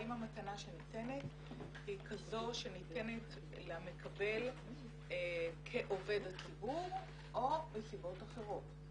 האם המתנה שניתנת היא כזו שניתנת למקבל כעובד הציבור או בנסיבות אחרות.